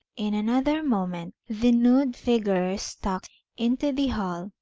in another moment the nude figure stalked into the hall,